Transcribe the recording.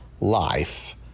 life